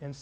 and